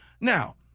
Now